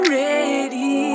ready